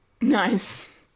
Nice